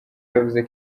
yavuze